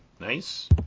nice